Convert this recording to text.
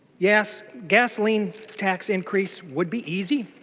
yes gasoline tax increase would be easy.